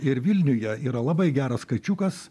ir vilniuje yra labai geras kačiukas